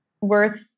worth